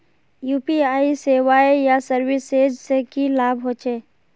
UPI सेवाएँ या services से की लाभ होचे?